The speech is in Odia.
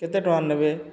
କେତେ ଟଙ୍କା ନେବେ